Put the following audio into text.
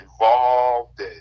involved